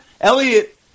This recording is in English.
Elliot